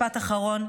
משפט אחרון.